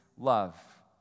love